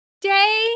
day